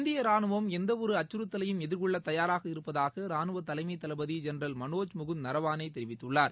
இந்திய ரானுவம் எந்தவொரு அச்சுறுத்ததலையும் எதிர்கொள்ள தயாராக இருப்பதாக ரானுவத் தலைமைத் தளபதி ஜெனரல் மனோஜ் முகுந்த் நரவானே தெரிவித்துள்ளார்